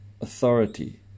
authority